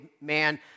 man